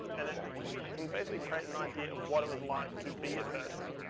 and it it can basically create an idea of what it was like to be a person.